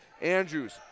Andrews